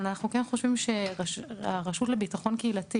אבל אנחנו חושבים שיש לרשות לביטחון קהילתי